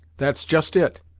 that's just it!